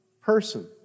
person